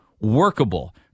workable